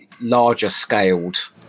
larger-scaled